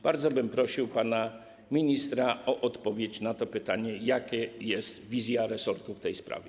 Bardzo bym prosił pana ministra o odpowiedź na pytanie, jaka jest wizja resortu w tej sprawie.